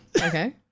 Okay